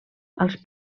als